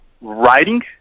writing